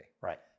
Right